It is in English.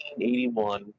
1981